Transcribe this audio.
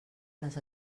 les